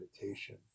meditation